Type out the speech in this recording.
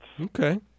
Okay